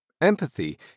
Empathy